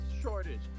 shortage